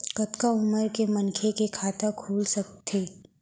कतका उमर के मनखे के खाता खुल सकथे?